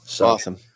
Awesome